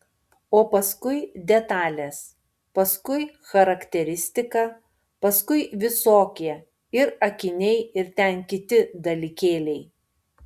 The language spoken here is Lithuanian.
o paskui detalės paskui charakteristika paskui visokie ir akiniai ir ten kiti dalykėliai